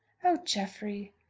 oh, jeffrey!